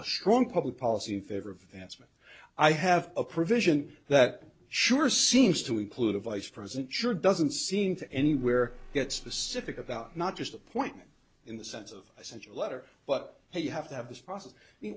a strong public policy in favor of answer i have a provision that sure seems to include a vice president sure doesn't seem to anywhere get specific about not just appointment in the sense of essential letter but hey you have to have this process i